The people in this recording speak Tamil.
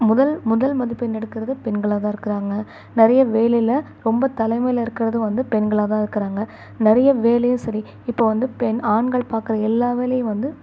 முதல் முதல் மதிப்பெண் எடுக்கிறது பெண்களாகதான் இருக்கிறாங்க நிறையா வேலையில் ரொம்ப தலைமையில் இருக்கிறதும் வந்து பெண்களாகதான் இருக்கிறாங்க நிறைய வேலையும் சரி இப்போ வந்து பெண் ஆண்கள் பார்க்குற எல்லா வேலையும் வந்து